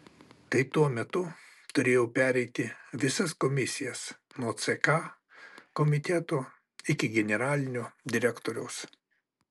tai tuo metu turėjau pereiti visas komisijas nuo ck komiteto iki generalinio direktoriaus